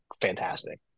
fantastic